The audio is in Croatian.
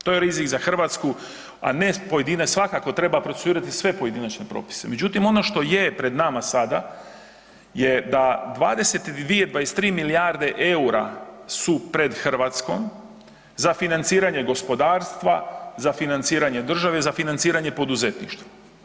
To je rizik za Hrvatsku a ne pojedine, svakako treba procesuirati sve pojedinačne propise međutim ono što je pred nama sada je da 22, 23 milijarde eura su pred Hrvatskom za financiranje gospodarstva, za financiranje države, za financiranje poduzetništva.